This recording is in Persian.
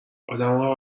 آدما